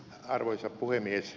arvoisa puhemies